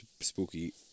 spooky